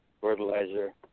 fertilizer